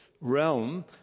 realm